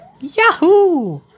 Yahoo